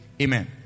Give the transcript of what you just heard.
Amen